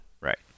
right